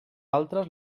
altres